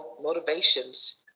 motivations